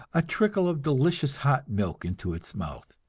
a trickle of delicious hot milk into its mouth.